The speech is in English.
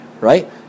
right